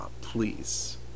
please